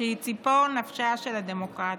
שהיא ציפור נפשה של הדמוקרטיה.